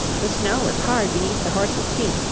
the snow was hard beneath the horse's feet,